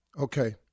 Okay